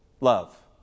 Love